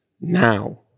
now